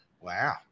Wow